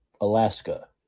Alaska